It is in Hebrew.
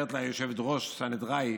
אומרת לה היושבת-ראש סנהדראי: